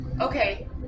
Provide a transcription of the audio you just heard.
Okay